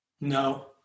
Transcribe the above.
No